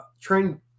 train